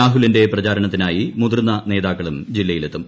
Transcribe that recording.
രാഹുലിന്റെ പ്രചരണത്തിനായി മുതിർന്ന നേതാക്കളും ജില്ലയിലെത്തും